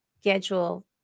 schedule